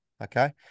Okay